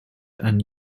and